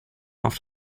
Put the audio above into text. auf